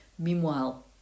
Meanwhile